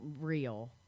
real